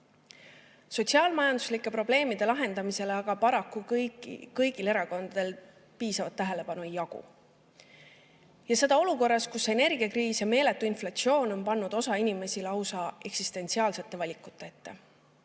Sotsiaal-majanduslike probleemide lahendamisele aga paraku kõigil erakondadel piisavalt tähelepanu ei jagu. Ja seda olukorras, kus energiakriis ja meeletu inflatsioon on pannud osa inimesi lausa eksistentsiaalsete valikute